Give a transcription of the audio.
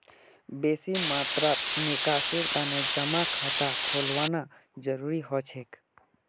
बेसी मात्रात निकासीर तने जमा खाता खोलवाना जरूरी हो छेक